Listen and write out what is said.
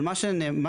אבל מה